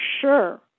sure